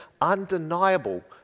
undeniable